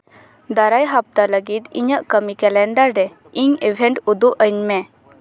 ᱫᱟᱨᱟᱭ ᱦᱟᱯᱛᱟ ᱞᱟᱹᱜᱤᱫ ᱤᱧᱟᱹᱜ ᱠᱟᱹᱢᱤ ᱠᱮᱞᱮᱱᱰᱟᱨ ᱨᱮ ᱤᱧ ᱤᱵᱷᱮᱱᱴ ᱩᱫᱩᱧ ᱢᱮ